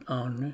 on